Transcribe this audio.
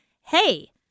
hey